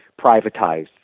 privatized